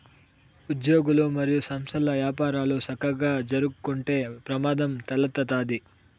ఉజ్యోగులు, మరియు సంస్థల్ల యపారాలు సక్కగా జరక్కుంటే ప్రమాదం తలెత్తతాది